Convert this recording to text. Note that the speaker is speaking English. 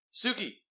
Suki